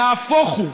נהפוך הוא.